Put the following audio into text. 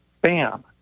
Bam